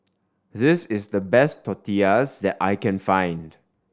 this is the best Tortillas that I can find